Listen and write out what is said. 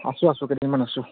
আছোঁ আছোঁ কেইদিনমান আছোঁ